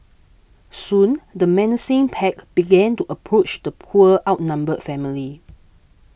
soon the menacing pack began to approach the poor outnumbered family